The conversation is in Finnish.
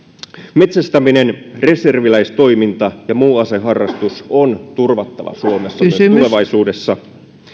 metsästäminen reserviläistoiminta ja muu aseharrastus on turvattava suomessa tulevaisuudessa